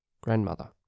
grandmother